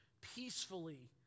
peacefully